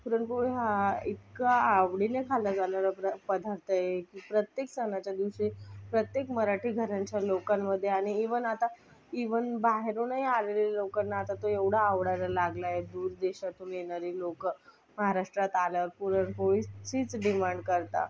पुरणपोळी हा इतका आवडीने खाल्ला जाणारा प्र पदार्थ आहे की प्रत्येक सणाच्या दिवशी प्रत्येक मराठी घरांच्या लोकांमध्ये आणि इवन आता इवन बाहेरुनही आलेल्या लोकांना आता तो एवढा आवडायला लागला आहे दूर देशातून येणारी लोकं महाराष्ट्र आल्यावर पुरणपोळीचीच डिमांड करतात